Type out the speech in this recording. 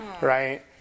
Right